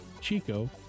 Chico